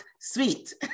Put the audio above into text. sweet